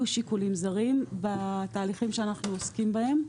שיקולים זרים בתהליכים שאנחנו עוסקים בהם.